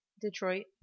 Detroit